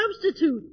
substitute